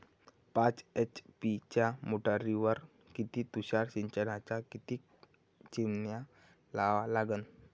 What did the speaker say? पाच एच.पी च्या मोटारीवर किती तुषार सिंचनाच्या किती चिमन्या लावा लागन?